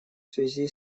связи